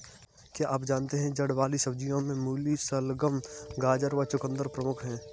क्या आप जानते है जड़ वाली सब्जियों में मूली, शलगम, गाजर व चकुंदर प्रमुख है?